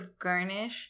garnish